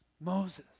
Moses